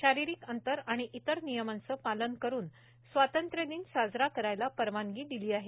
शारीरिक अंतर आणि इतर नियमांचं पालन करुन स्वातंत्र्यदिन साजरा करायला परवानगी दिली आहे